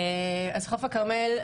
חוף הכרמל,